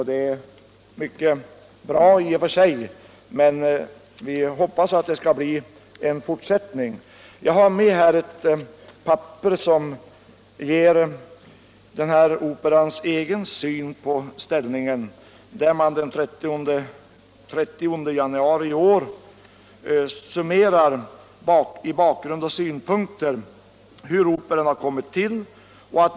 Det är mycket bra i och för sig men vi hoppas att det skall bli en fortsättning. Jag har med mig här ett papper som visar operans egen syn på sin ställning och där man den 30 januari i år summerar olika synpunkter och bakgrunden till hur operan kommit till.